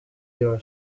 your